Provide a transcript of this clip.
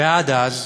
ועד אז,